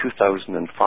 2005